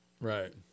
Right